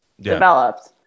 developed